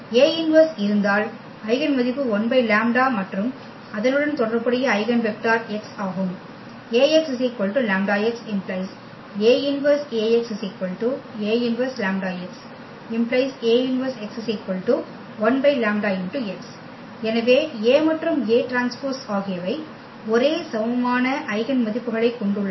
A−1இருந்தால் eigen மதிப்பு 1λ மற்றும் அதனுடன் தொடர்புடைய ஐகென் வெக்டர் x ஆகும் Ax λx ⇒ A−1Ax A−1λx ⇒ A−1x 1λx எனவே A மற்றும் AT ஆகியவை ஒரே சமமான ஐகென் மதிப்புகளைக் கொண்டுள்ளன